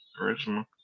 original